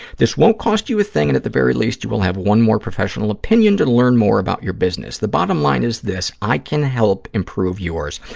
this won't cost you a thing and, at the very least, you will have one more professional opinion to learn more about your business. the bottom line is this. i can help improve yours.